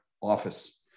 office